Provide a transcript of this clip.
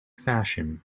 fashion